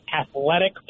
athletic